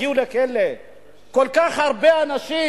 כל כך הרבה אנשים.